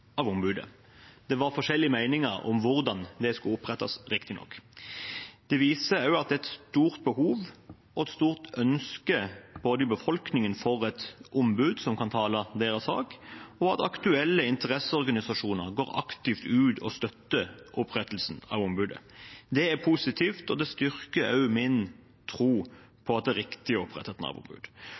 det var forskjellige meninger om hvordan det skal opprettes, riktignok. Det viste seg også at det er et stort behov for og et stort ønske i befolkningen om et ombud som kan tale deres sak, og aktuelle interesseorganisasjoner går aktivt ut og støtter opprettelsen av ombudet. Det er positivt, og det styrker min tro på at det er riktig å opprette et